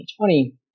2020